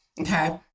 Okay